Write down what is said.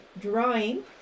drawing